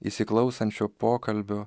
įsiklausančio pokalbio